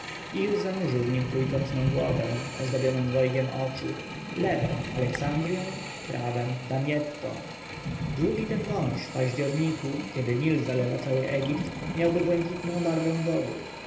i już zanurzył w nim trójkątną głowę ozdobioną dwojgiem oczu lewem aleksandrją prawem damiettą długi ten wąż w październiku kiedy nil zalewa cały egipt miałby błękitną barwę wody